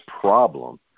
problem